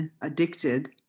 addicted